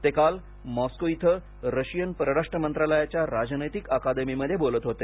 ते काल मॉस्को इथं रशियन परराष्ट्र मंत्रालयाच्या राजनैतिक अकादमीमध्ये बोलत होते